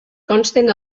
consten